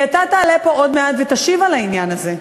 כי אתה תעלה פה עוד מעט ותשיב על העניין הזה.